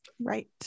Right